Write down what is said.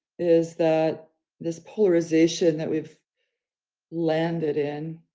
is that this polarization that we've landed in,